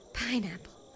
pineapple